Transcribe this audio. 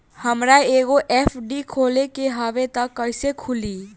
हमरा एगो एफ.डी खोले के हवे त कैसे खुली?